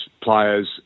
players